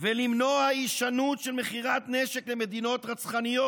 ולמנוע הישנות של מכירת נשק למדינות רצחניות.